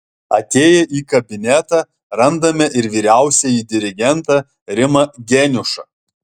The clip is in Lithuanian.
atėję į kabinetą randame ir vyriausiąjį dirigentą rimą geniušą